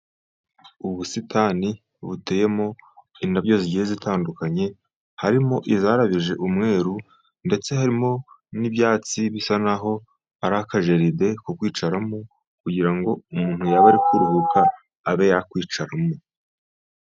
Ubusitani buteyemo indabyo zigiye zitandukanye harimo izarabije umweru ndetse harimo n'ibyatsi bisa nkaho ari akajaride ko kwicaramo kugira ngo umuntu yaba ari kuruhuka abe yakwicaramo.